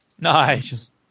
Nice